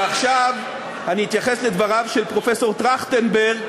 ועכשיו אני אתייחס לדבריו של פרופסור טרכטנברג,